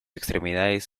extremidades